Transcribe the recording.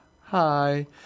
Hi